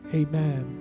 amen